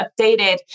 updated